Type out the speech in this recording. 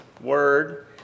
word